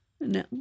no